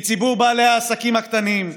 מציבור בעלי העסקים הקטנים,